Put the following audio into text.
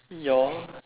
your